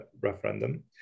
referendum